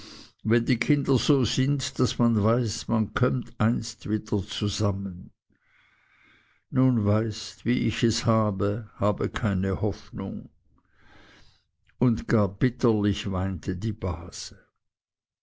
wenn die kinder so sind daß man weiß man kömmt einst wieder zusammen nun weißt wie ich es habe habe keine hoffnung und gar bitterlich weinte die base